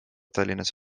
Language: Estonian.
tallinnas